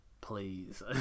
Please